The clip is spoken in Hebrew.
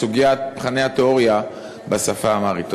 סוגיית מבחני התיאוריה בשפה האמהרית.